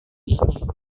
ini